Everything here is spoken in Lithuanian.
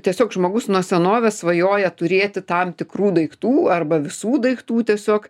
tiesiog žmogus nuo senovės svajoja turėti tam tikrų daiktų arba visų daiktų tiesiog